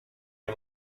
nie